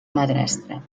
madrastra